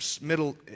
Middle